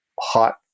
hot